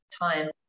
time